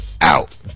out